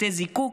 בתי זיקוק,